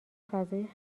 فضای